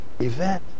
event